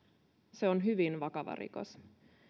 se on hyvin vakava rikos